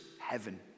heaven